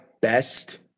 best